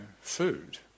food